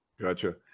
Gotcha